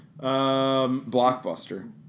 Blockbuster